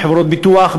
בחברות ביטוח,